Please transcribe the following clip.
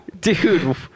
dude